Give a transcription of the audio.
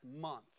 month